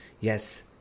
yes